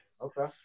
Okay